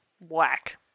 whack